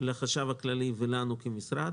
של החשב הכללי ושלנו כמשרד,